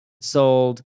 sold